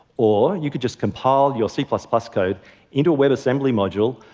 or you could just compile your c but code into a webassembly module,